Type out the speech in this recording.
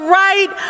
right